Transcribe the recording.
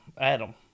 Adam